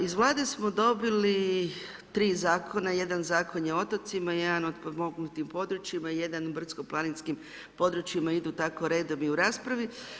Iz Vlade smo dobili 3 zakona, jedan zakon je o otocima, jedan o potpomognutim područjima, jedan o brdsko-planinskim područjima, idu tako redom i u raspravi.